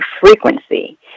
frequency